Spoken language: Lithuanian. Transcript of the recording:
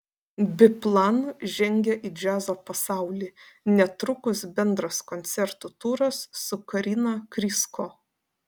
biplan žengia į džiazo pasaulį netrukus bendras koncertų turas su karina krysko